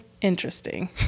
interesting